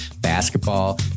basketball